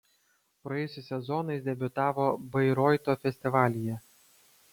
praėjusį sezoną jis debiutavo bairoito festivalyje